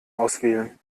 auswählen